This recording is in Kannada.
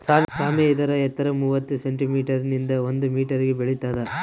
ಸಾಮೆ ಇದರ ಎತ್ತರ ಮೂವತ್ತು ಸೆಂಟಿಮೀಟರ್ ನಿಂದ ಒಂದು ಮೀಟರ್ ಬೆಳಿತಾತ